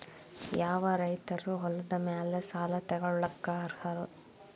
ಯಾವ ರೈತರು ಹೊಲದ ಮೇಲೆ ಸಾಲ ತಗೊಳ್ಳೋಕೆ ಅರ್ಹರು?